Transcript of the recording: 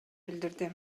билдирди